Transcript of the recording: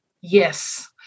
Yes